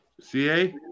CA